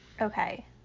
Okay